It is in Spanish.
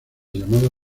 llamadas